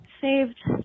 saved